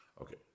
Okay